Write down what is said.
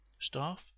staff